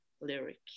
lyric